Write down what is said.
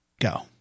go